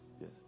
Yes